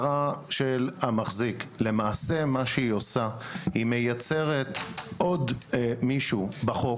למעשה היא מייצרת עוד מישהו בחוק,